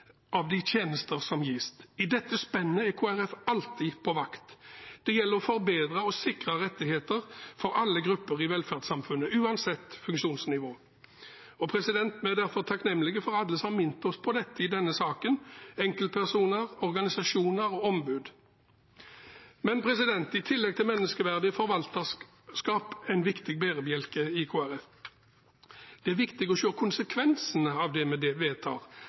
av de tjenester som gis. I dette spennet er Kristelig Folkeparti alltid på vakt. Det gjelder å forbedre og sikre rettigheter for alle grupper i velferdssamfunnet, uansett funksjonsnivå. Vi er derfor takknemlige for alle som har minnet oss på dette i denne saken: enkeltpersoner, organisasjoner og ombud. I tillegg til menneskeverdet er forvalterskap en viktig bærebjelke hos Kristelig Folkeparti. Det er viktig å se konsekvensene av det vi vedtar,